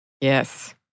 Yes